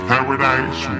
Paradise